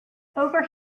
over